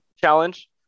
challenge